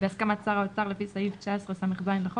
בהסכמת שר האוצר לפי סעיף 19סז לחוק,